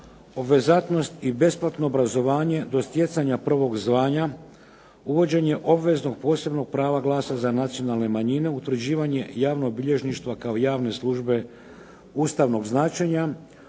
obvezatnost i besplatno obrazovanje do stjecanja prvog zvanja, uvođenje obveznog posebnog prava glasa za nacionalne manjine, utvrđivanje javnog bilježništva kao javne službe ustavnog značenja,